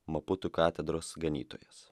maputu katedros ganytojas